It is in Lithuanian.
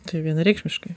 tai vienareikšmiškai